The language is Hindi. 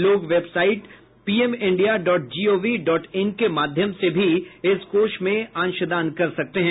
लोग website PM India dot gov dot in के माध्यम से भी इस कोष में अंशदान कर सकते है